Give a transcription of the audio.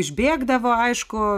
išbėgdavo aišku